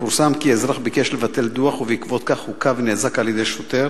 פורסם כי אזרח ביקש לבטל דוח ובעקבות זאת הוכה ונאזק על-ידי שוטר.